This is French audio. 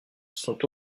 sont